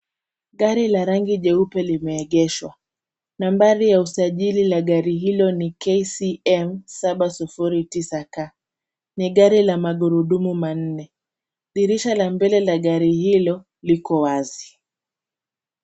Gari la rangi jeupe limeegeshwa. Nambari ya usajili la gari hilo ni KCM 709K. Ni gari la magurudumu manne. Dirisha la mbele la gari hilo liko wazi.